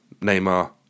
Neymar